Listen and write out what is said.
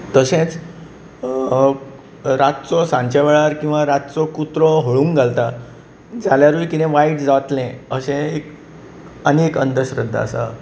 तशेंच रातचो सांजचें वेळार किंवा रातचो कुत्रो हळूंक घालता जाल्यारूय कितें वायट जातलें अशें आनी एक अंधश्रद्धा आसा